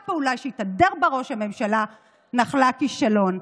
פעולה שהתהדר בה ראש הממשלה נחלה כישלון.